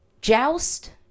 joust